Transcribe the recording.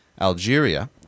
Algeria